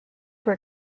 were